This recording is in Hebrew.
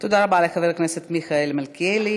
תודה רבה לחבר הכנסת מיכאל מלכיאלי.